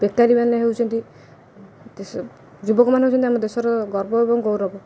ବେକାରୀମାନେ ହେଉଛନ୍ତି ଦେଶ ଯୁବକମାନେ ହେଉଛନ୍ତି ଆମ ଦେଶର ଗର୍ବ ଏବଂ ଗୌରବ